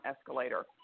escalator